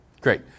Great